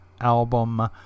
album